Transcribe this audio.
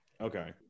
Okay